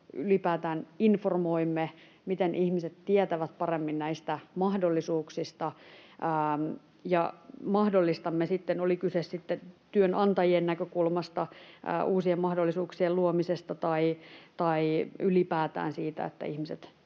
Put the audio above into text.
ylipäätään informoimme, miten ihmiset tietävät paremmin näistä mahdollisuuksista, oli kyse sitten työnantajien näkökulmasta, uusien mahdollisuuksien luomisesta tai ylipäätään siitä, että ihmiset